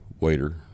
waiter